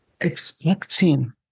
expecting